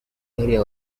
area